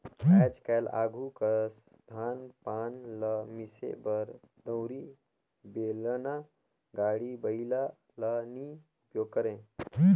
आएज काएल आघु कस धान पान ल मिसे बर दउंरी, बेलना, गाड़ी बइला ल नी उपियोग करे